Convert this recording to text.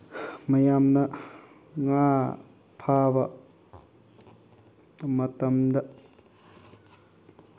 ꯃꯌꯥꯝꯅ ꯉꯥ ꯐꯥꯕ ꯃꯇꯝꯗ